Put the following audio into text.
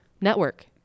network